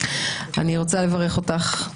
אני רוצה לברך אותך,